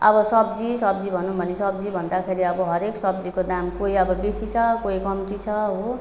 अब सब्जी सब्जी भनौँ भने सब्जी भन्दाखेरि अब हरेक सब्जीको दाम कोही अब बेसी छ कोही कम्ती छ हो